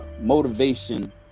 Motivation